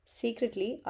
secretly